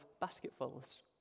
basketfuls